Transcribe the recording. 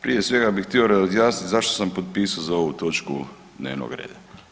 Prije svega bih htio razjasnit zašto sam potpisao za ovu točku dnevnog reda.